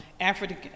African